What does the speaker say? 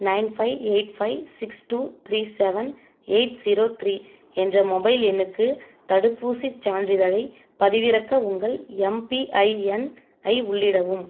nine five eight five six two three seven eight zero three என்ற mobile எண்ணுக்கு தடுப்பூசி சான்றிதழை பதிவிறக்க உங்கள் எம்பிஐஎன்ஐ உள்ளிடவும்